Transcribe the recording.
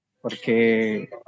porque